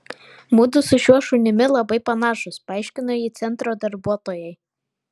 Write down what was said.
mudu su šiuo šunimi labai panašūs paaiškino ji centro darbuotojai